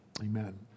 Amen